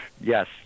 Yes